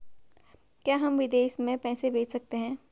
क्या हम विदेश में पैसे भेज सकते हैं?